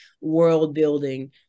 world-building